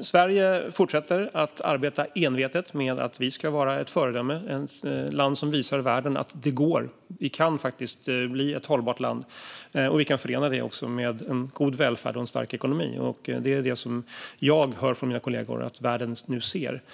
Sverige fortsätter att arbeta envetet med att vi ska vara ett föredöme och ett land som visar världen att det går, att vi faktiskt kan bli ett hållbart land och att vi kan förena det med en god välfärd och en stark ekonomi. Det är det som jag hör från mina kollegor att världen nu ser.